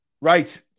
Right